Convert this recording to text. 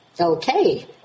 Okay